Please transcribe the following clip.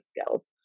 skills